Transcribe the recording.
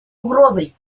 угрозой